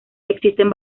existen